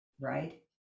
right